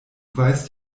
weißt